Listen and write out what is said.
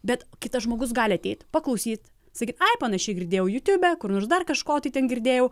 bet kitas žmogus gali ateit paklausyt sakyt ai panašiai girdėjau jiutube kur nors dar kažko tai ten girdėjau